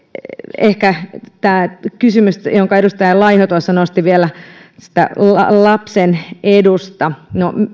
ehkä tämä kysymys jonka edustaja laiho nosti vielä lapsen edusta